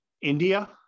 India